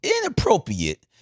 inappropriate